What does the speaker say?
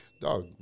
Dog